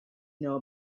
know